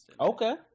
okay